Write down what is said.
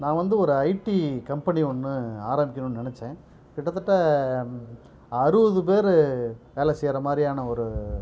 நான் வந்து ஒரு ஐடி கம்பெனி ஒன்று ஆரமிக்கினுனு நினைச்சேன் கிட்டத்தட்ட அறுபது பேர் வேலை செய்கிற மாதிரியான ஒரு